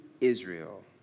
Israel